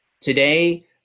today